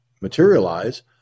materialize